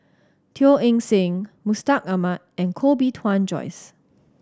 Teo Eng Seng Mustaq Ahmad and Koh Bee Tuan Joyce